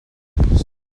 garrigues